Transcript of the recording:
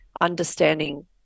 understanding